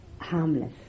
harmless